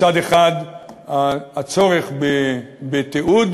מצד אחד הצורך בתיעוד,